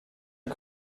les